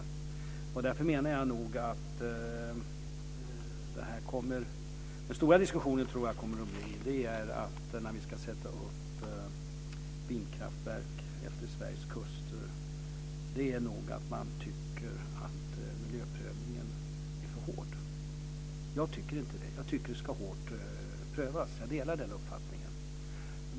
Den stora diskussionen när vi ska sätta upp vindkraftverk utefter Sveriges kuster tror jag nog kommer att handla om att man tycker att miljöprövningen är för hård. Jag tycker inte det. Jag tycker att det ska ske en hård prövning. Jag delar den uppfattningen.